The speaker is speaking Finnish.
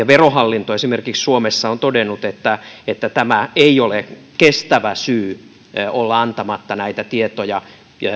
verohallinto suomessa on todennut että että tämä ei ole kestävä syy olla antamatta näitä tietoja